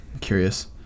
curious